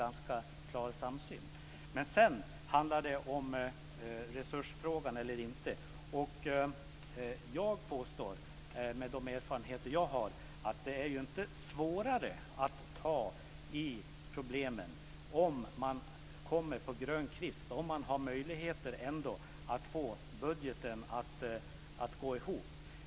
Vad sedan gäller resursfrågan påstår jag med de erfarenheter som jag har att det inte är svårare att klara problemen om man är på grön kvist och har möjligheter att få budgeten att gå ihop.